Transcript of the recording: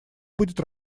будет